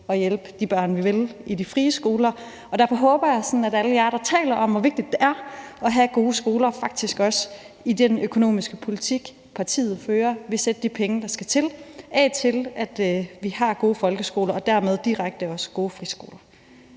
at hjælpe de børn, vi vil, i de frie skoler. Derfor håber jeg sådan, at alle jer, der taler om, hvor vigtigt det er at have gode skoler, faktisk også i den økonomiske politik, jeres parti fører, vil sætte de penge, der skal til, af til, at vi har gode folkeskoler og dermed direkte også gode friskoler.